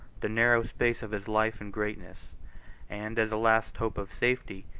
the narrow space of his life and greatness and, as the last hope of safety,